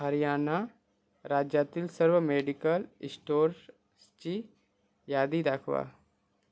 हरियाणा राज्यातील सर्व मेडिकल इस्टोर्सची यादी दाखवा